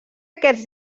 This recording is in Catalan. aquests